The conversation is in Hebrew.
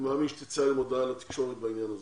אני מאמין שתצא היום הודעה לתקשורת בעניין הזה,